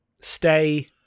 stay